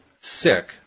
sick